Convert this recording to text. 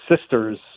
sisters